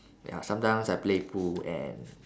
ya sometimes I play pool and